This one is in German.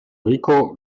rico